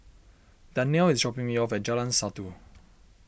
Danyelle is dropping me off at Jalan Satu